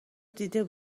دیده